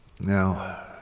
Now